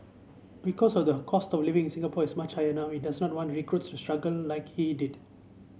because of the cost of living in Singapore is much higher now we does not want recruits struggle like he did